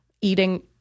eating